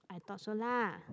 I thought so lah